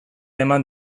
eman